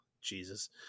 Jesus